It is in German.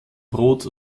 brot